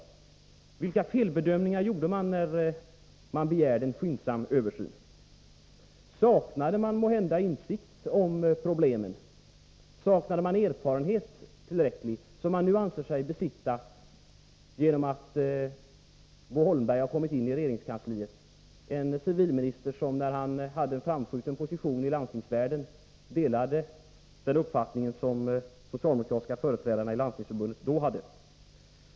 Vilka felbedömningar gjorde man när man begärde en skyndsam översyn? Saknade man måhända insikt om problemen? Saknade man tillräcklig erfarenhet, som man nu anser sig besitta genom att Bo Holmberg har kommit in i kanslihuset som civilminister — Bo Holmberg som när han hade en framskjuten position i landstingsvärlden delade den uppfattning som socialdemokratiska företrädare i Landstingsförbundet då hade?